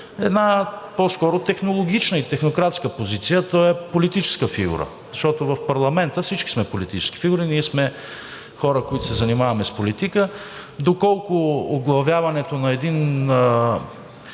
една по-скоро технологична и технократска позиция, а той е политическа фигура, защото в парламента всички сме политически фигури. Ние сме хора, които се занимаваме с политика.